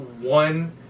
one